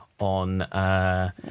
On